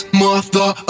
mother